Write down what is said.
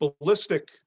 ballistic